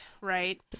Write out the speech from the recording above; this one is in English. Right